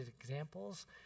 examples